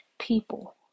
people